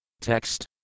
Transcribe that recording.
Text